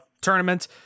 tournament